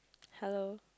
hello